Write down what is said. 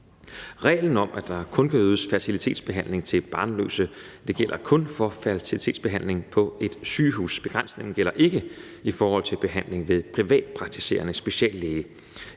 Reglen om, at der kun kan ydes fertilitetsbehandling til barnløse, gælder kun for fertilitetsbehandling på et sygehus. Begrænsningen gælder ikke i forhold til behandling ved privatpraktiserende speciallæge.